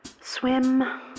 Swim